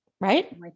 right